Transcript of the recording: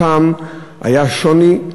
והפעם היה שוני,